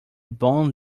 bond